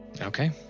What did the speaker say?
Okay